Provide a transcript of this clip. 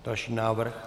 Další návrh.